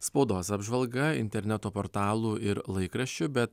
spaudos apžvalga interneto portalų ir laikraščių bet